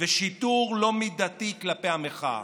ושיטור לא מידתי כלפי המחאה.